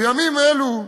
בימים אלו,